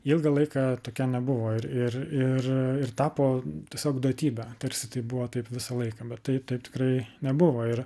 ilgą laiką tokia nebuvo ir ir ir ir tapo tiesiog duotybe tarsi tai buvo taip visą laiką bet tai taip tikrai nebuvo ir